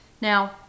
now